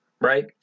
right